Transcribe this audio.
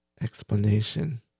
explanation